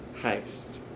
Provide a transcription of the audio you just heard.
heist